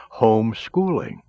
homeschooling